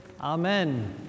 amen